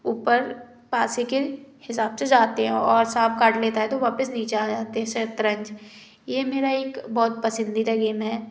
ऊपर पासे के हिसाब से जाते हैं और सांप काट लेता है तो वापस नीचे आ जाते हैं शतरंज ये मेरा एक बहुत पसंदीदा गेम है